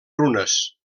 runes